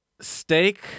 Steak